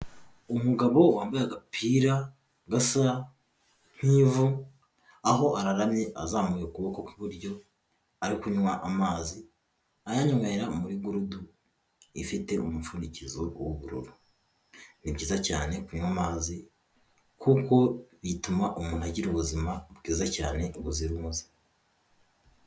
Umugabo wambaye agapira gasa nk'ivu aho araramye azamuye ukuboko kw'iburyo ari kunywa amazi ayanywera muri gurudu ifite umupfundikizo w'ubururu, ni byiza cyane kunywa amazi kuko bituma umuntu agira ubuzima bwiza cyane ubuzira umuze.